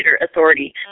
Authority